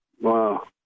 Wow